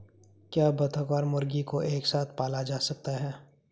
क्या बत्तख और मुर्गी को एक साथ पाला जा सकता है?